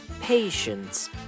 patience